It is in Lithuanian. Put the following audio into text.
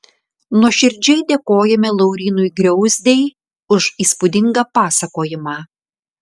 nuoširdžiai dėkojame laurynui griauzdei už įspūdingą pasakojimą